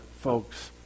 folks